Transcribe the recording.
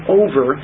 over